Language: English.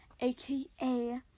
aka